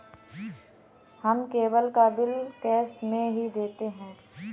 हम केबल का bill cash में ही देते हैं